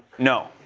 no.